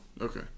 Okay